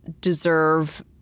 deserve –